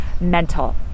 mental